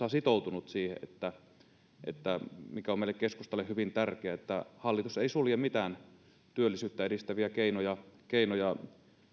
on ohjelmassaan sitoutunut siihen mikä on meille keskustalle hyvin tärkeää että hallitus ei sulje mitään työllisyyttä edistäviä keinoja keinoja